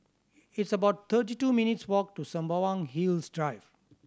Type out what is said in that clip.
it's about thirty two minutes' walk to Sembawang Hills Drive